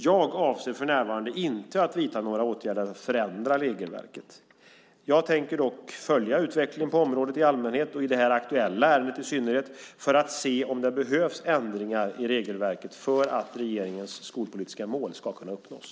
Jag avser för närvarande inte att vidta några åtgärder för att ändra regelverket. Jag tänker dock följa utvecklingen på området i allmänhet, och i det här aktuella ärendet i synnerhet, för att se om det behövs ändringar i regelverket för att regeringens skolpolitiska mål ska kunna uppnås.